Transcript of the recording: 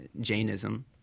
Jainism